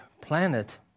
planet